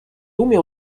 umiał